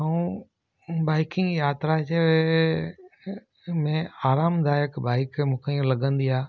ऐं बाइकिंग यात्रा जे में आराम दायक बाइक मूंखे ईअं लॻंदी आहे